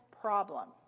problem